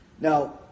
Now